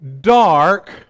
dark